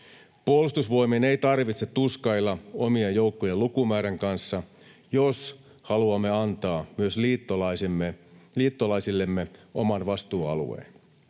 Puolustusvoimien ei tarvitse tuskailla omien joukkojen lukumäärän kanssa, jos haluamme antaa myös liittolaisillemme oman vastuualueen.